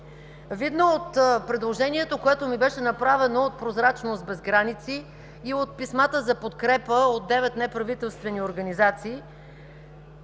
Видно от предложението, което ми беше направено от „Прозрачност без граници” и от писмата за подкрепа от девет неправителствени организации,